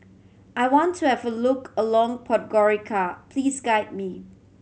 I want to have a look alone Podgorica please guide me